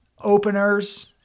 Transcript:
openers